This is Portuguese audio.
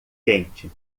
quente